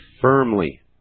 firmly